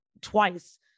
twice